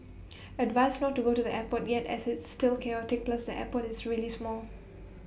advised not to go to the airport yet as it's still chaotic plus the airport is really small